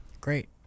Great